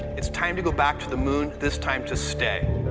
it's time to go back to the moon, this time to stay.